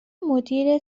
مدیر